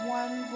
one